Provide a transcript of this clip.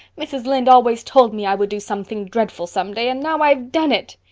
mrs. lynde always told me i would do something dreadful some day, and now i've done it!